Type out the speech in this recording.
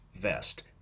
Vest